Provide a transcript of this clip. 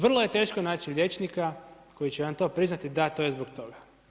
Vrlo je teško naći liječnika koji će vam to priznati da to je zbog toga.